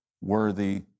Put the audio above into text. worthy